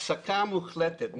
הפסקה מוחלטת,